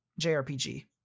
JRPG